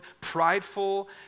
prideful